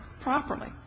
properly